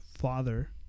father